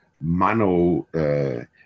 mano